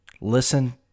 Listen